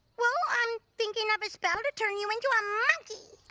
well i'm thinking of a spell to turn you into a monkey.